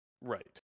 Right